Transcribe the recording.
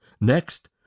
Next